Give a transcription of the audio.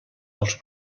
els